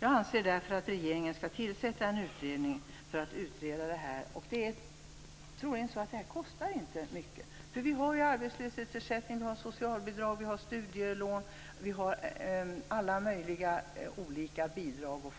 Jag anser därför att regeringen bör tillsätta en utredning. Jag tror inte att det kostar så mycket. Vi har arbetslöshetsersättning, socialbidrag, studielån, vi har alla möjliga bidrag.